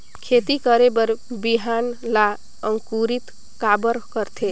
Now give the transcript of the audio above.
खेती करे बर बिहान ला अंकुरित काबर करथे?